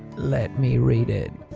let me read it.